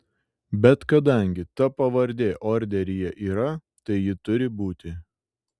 bet kadangi ta pavardė orderyje yra tai ji turi būti